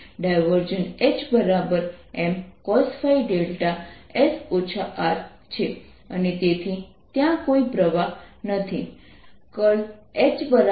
HMcosϕ δs R છે અને તેથી ત્યાં કોઈ પ્રવાહ નથી H0